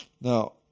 Now